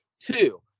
Two